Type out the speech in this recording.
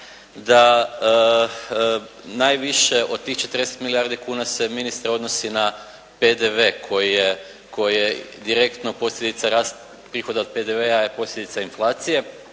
da najviše od tih 40 milijardi kuna se od ministra odnosi na PDV koji je direktno posljedica rasta prihoda od PDV-a je posljedica inflacije,